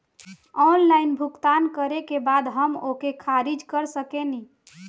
Online भुगतान करे के बाद हम ओके खारिज कर सकेनि?